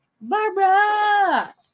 Barbara